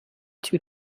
two